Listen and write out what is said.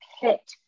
hit